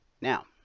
Now